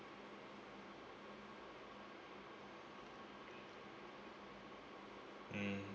mm